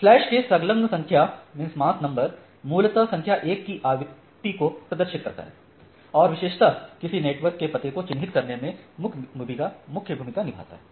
slash से संलग्न संख्या मास्क नंबर मूलतः संख्या 1 की आवृत्ति को प्रदर्शित करती है जो विशेषतः किसी नेटवर्क के पते को चिन्हित करने में मुख्य भूमिका निभाती है